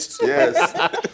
Yes